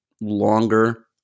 longer